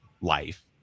life